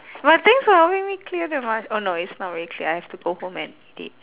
but things I'll make me clear 的 mah oh no it's not really clear I have to go home and eat